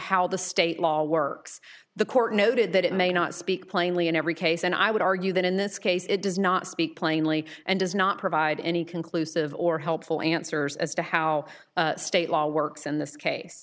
how the state law works the court noted that it may not speak plainly in every case and i would argue that in this case it does not speak plainly and does not provide any conclusive or helpful answers as to how state law works in this case